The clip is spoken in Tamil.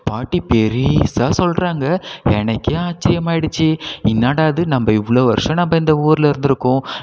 பாட்டி பெருசா சொல்லுறாங்க எனக்கே ஆச்சிரியமாயிடுச்சு இன்னாடா இது நம்ப இவ்வளோ வருஷம் நம்ப இந்த ஊரில் இருந்துருக்கோம்